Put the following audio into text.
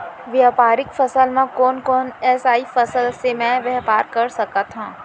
व्यापारिक फसल म कोन कोन एसई फसल से मैं व्यापार कर सकत हो?